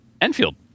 Enfield